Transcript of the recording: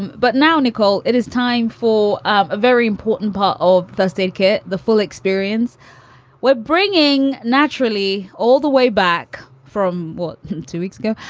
but now, nicole, it is time for a very important part of first aid kit. the full experience we're bringing naturally all the way back from, what, two weeks ago.